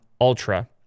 Ultra